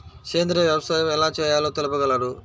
సేంద్రీయ వ్యవసాయం ఎలా చేయాలో తెలుపగలరు?